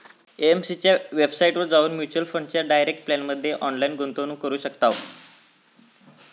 AMC च्या वेबसाईटवर जाऊन म्युच्युअल फंडाच्या डायरेक्ट प्लॅनमध्ये ऑनलाईन गुंतवणूक करू शकताव